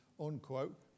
unquote